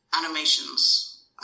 Animations